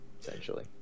essentially